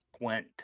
Gwent